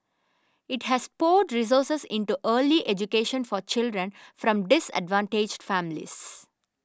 it has poured resources into early education for children from disadvantaged families